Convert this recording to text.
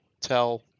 tell